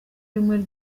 rimwe